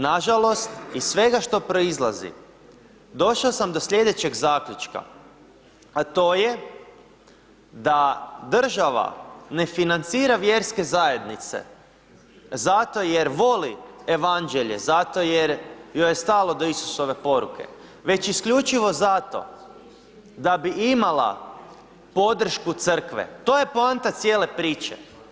Nažalost, iz svega što proizlazi, došao sam do slijedećeg zaključka a to je da država ne financira vjerske zajednice zato jer voli Evanđelje, zato jer joj stalo do Isusove poruke već isključivo zato da bi imala podršku Crkve, to je poanta cijele priče.